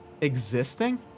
Existing